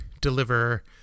deliver